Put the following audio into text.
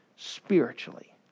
spiritually